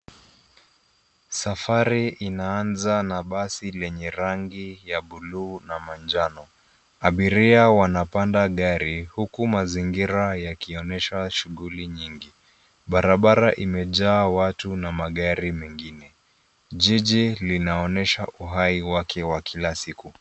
Safari inaanza na basi lenye rangi ya buluu na manjano. Abiria wanapanda gari huku mazingira yakionyesha shughuli nyingi. Barabara imejaa watu na magari mengine. Jiji linaonyesha uhai wake wa kila siku.